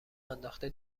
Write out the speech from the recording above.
انداخته